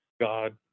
God